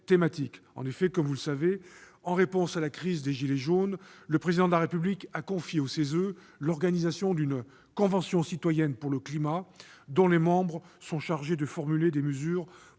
le savez, mes chers collègues, en réponse à la crise des « gilets jaunes », le Président de la République a confié au CESE l'organisation d'une convention citoyenne pour le climat, dont les membres sont chargés de formuler des mesures